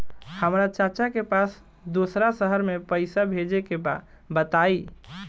हमरा चाचा के पास दोसरा शहर में पईसा भेजे के बा बताई?